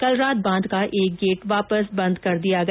कल रात बांध का एक गेट वापस बंद कर दिया गया